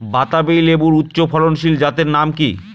বাতাবি লেবুর উচ্চ ফলনশীল জাতের নাম কি?